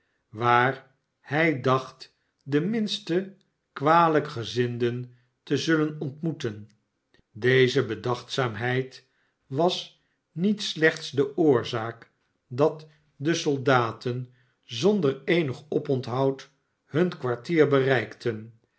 waar hij dacht de minste kwalijkgezinden te zullen ontmoeten deze bedachtzaamheid was niet slechts de oorzaak dat de soldaten zonder eenig oponthoud hun kwartier bereikten